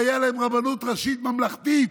והייתה להם רבנות ראשית ממלכתית,